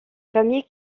familles